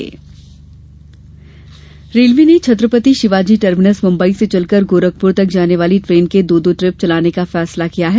train railway ने Chhatrapati Shivaji terminus Mumbai से चलकर गोरखपुर तक जाने वाली ट्रेन के दो दो ट्रिप चलाने का फैसला लिया है